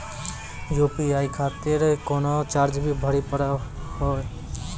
UPI खातिर कोनो charge भी भरी पड़ी हो?